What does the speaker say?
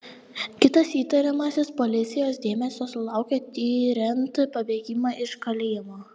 kitas įtariamasis policijos dėmesio sulaukė tiriant pabėgimą iš kalėjimo